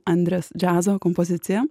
andrės džiazo kompozicija